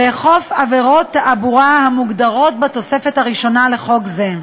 לאכוף עבירות תעבורה המוגדרות בתוספת הראשונה לחוק זה,